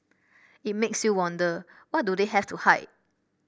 it makes you wonder what do they have to hide